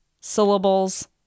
syllables